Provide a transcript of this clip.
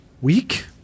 week